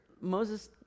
moses